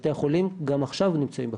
ובתי החולים גם עכשיו נמצאים בקצה,